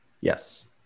Yes